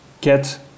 get